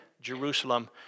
Jerusalem